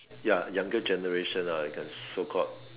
ya younger generations ah you can so called